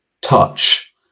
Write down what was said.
touch